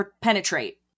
penetrate